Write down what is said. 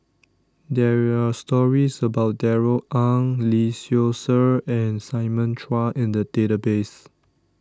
there are stories about Darrell Ang Lee Seow Ser and Simon Chua in the database